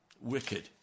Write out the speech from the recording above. wicked